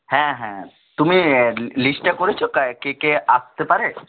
হ্যাঁ হ্যাঁ তুমি লিস্টটা করেছো কে কে আসতে পারে